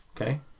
okay